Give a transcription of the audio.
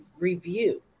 Review